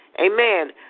Amen